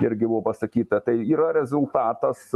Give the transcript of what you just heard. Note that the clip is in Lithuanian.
irgi buvo pasakyta tai yra rezultatas